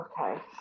Okay